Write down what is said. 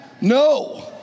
No